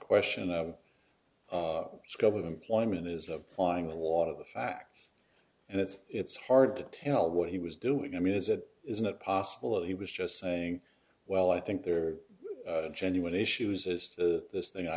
question of scope of employment is applying a lot of the facts and it's it's hard to tell what he was doing i mean is it isn't it possible that he was just saying well i think they're genuine issues as to this thing i